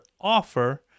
offer